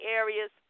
areas